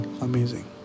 amazing